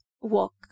walk